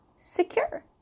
secure